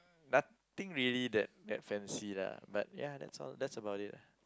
nothing really that fancy lah but ya that's all that's about it